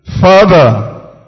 Father